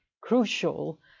crucial